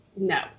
no